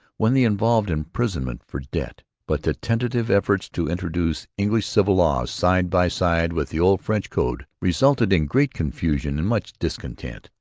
when they involved imprisonment for debt. but the tentative efforts to introduce english civil law side by side with the old french code resulted in great confusion and much discontent.